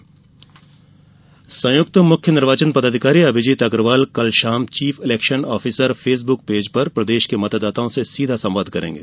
चुनाव वार्ता संयुक्त मुख्य निर्वाचन पदाधिकारी अभिजीत अग्रवाल कल शाम chief election officer Facebook page पर प्रदेश के मतदाताओं से सीधा संवाद करेंगे